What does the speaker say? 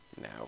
now